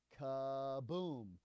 kaboom